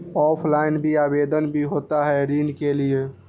Offline भी आवेदन भी होता है ऋण के लिए?